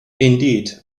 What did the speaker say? indeed